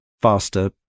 faster